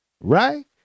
Right